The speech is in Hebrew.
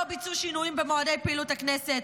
לא בוצעו שינויים במועדי פעילות הכנסת,